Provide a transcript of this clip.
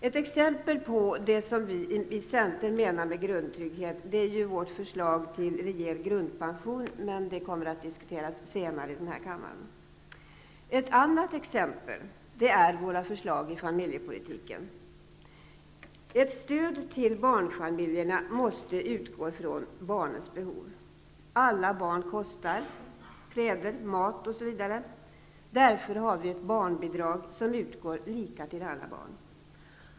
Ett exempel på vad vi i Centern menar med grundtrygghet är vårt förslag till en rejäl grundpension, men det kommer att diskuteras senare här i kammaren. Ett annat exempel är våra förslag i familjepolitiken. Ett stöd till barnfamiljerna måste utgå från barnens behov. Alla barn kostar kläder, mat osv. Därför har vi ett barnbidrag som utgår lika till alla barn.